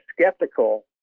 skeptical